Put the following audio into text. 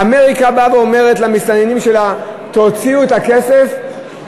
אמריקה באה ואומרת למסתננים שלה: תוציאו את הכסף,